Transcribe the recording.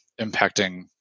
impacting